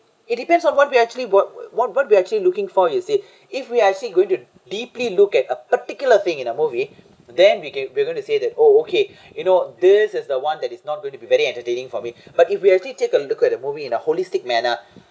it depends on what we actually work what what we actually looking for you see if we're actually going to deeply look at a particular thing in a movie then we can we're going to say that oh okay you know this is the one that is not going to be very entertaining for me but if we actually take a look at the movie in a holistic manner